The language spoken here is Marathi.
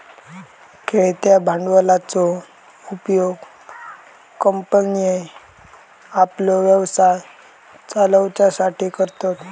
खेळत्या भांडवलाचो उपयोग कंपन्ये आपलो व्यवसाय चलवच्यासाठी करतत